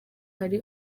ari